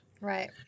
right